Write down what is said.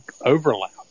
overlap